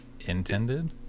intended